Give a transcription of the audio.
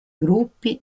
gruppi